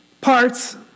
parts